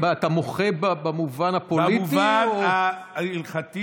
אבל אתה מוחה במובן הפוליטי או, במובן ההלכתי.